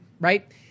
right